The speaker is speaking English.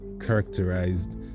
characterized